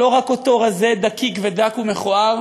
לא רק אותו רזה דקיק ודק ומכוער